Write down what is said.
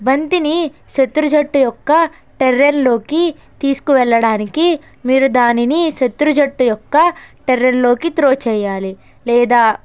బంతిని శత్రు జట్టు యొక్క టెర్రన్ల్లోకి తీసుకువెళ్లడానికి మీరు దానిని శత్రు జట్టు యొక్క టెరెన్లోకి త్రో చేయాలి లేదా